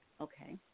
Okay